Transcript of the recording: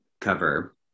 cover